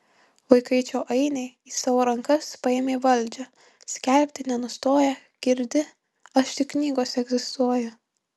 vaikaičio ainiai į savo rankas paėmę valdžią skelbti nenustoja girdi aš tik knygose egzistuoju